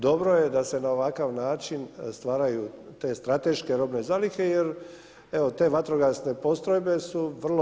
Dobro je da se na ovakav način stvaraju te strateške robne zalihe jer evo te vatrogasne postrojbe su vrlo